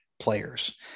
players